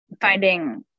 finding